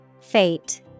Fate